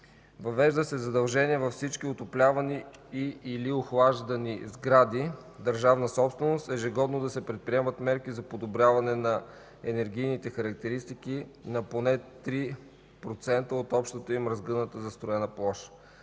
Въвежда се задължение във всички отоплявани и/или охлаждани сгради – държавна собственост, ежегодно да се предприемат мерки за подобряване на енергийните характеристики на поне 3 процента от общата им разгъната застроена площ.